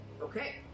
Okay